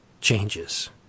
changes